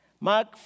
Mark